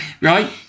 Right